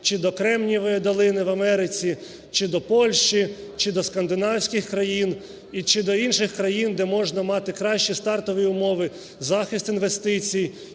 чи до Кремнієвої долини в Америці, чи до Польщі, чи до скандинавських країн і чи до інших країн, де можна мати кращі стартові умови, захист інвестицій